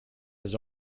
his